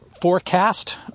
forecast